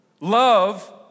love